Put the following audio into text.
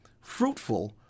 fruitful